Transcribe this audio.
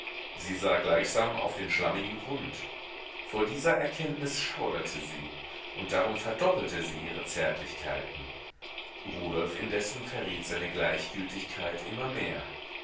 sie sah gleichsam auf den schlammigen grund vor dieser erkenntnis schauderte sie und darum verdoppelte sie ihre zärtlichkeiten rudolf indessen verriet seine gleichgültigkeit immer mehr